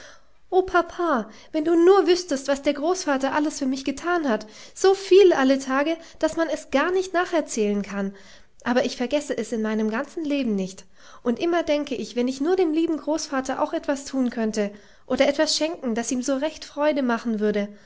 o papa wenn du nur wüßtest was der großvater alles für mich getan hat so viel alle tage daß man es gar nicht nacherzählen kann aber ich vergesse es in meinem ganzen leben nicht und immer denke ich wenn ich nur dem lieben großvater auch etwas tun könnte oder etwas schenken das ihm so recht freude machen würde